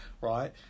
right